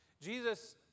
Jesus